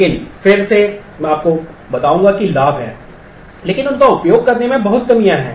लेकिन फिर से मैं आपको बताऊंगा कि लाभ हैं लेकिन उनका उपयोग करने में बहुत कमियां हैं